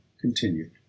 continued